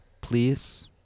please